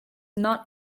not